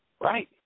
Right